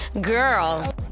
girl